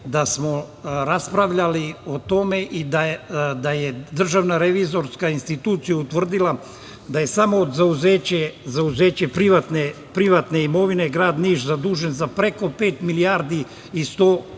da smo raspravljali o tome i da je Državna revizorska institucija utvrdila da je samo od zauzeća privatne imovine grad Niš zadužen za preko pet milijardi i 100 miliona